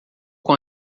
com